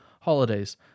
holidays